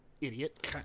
idiot